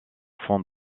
fond